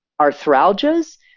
arthralgias